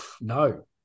no